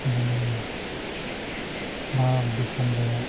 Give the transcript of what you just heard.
ᱡᱮᱢᱚᱱ ᱵᱷᱟᱨᱚᱛ ᱫᱤᱥᱚᱢ ᱨᱮᱭᱟᱜ